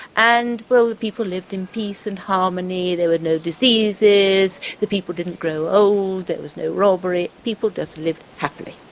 and well, the people lived in peace and harmony, there were no diseases, the people didn't grow old, there was no robbery, people just lived happily.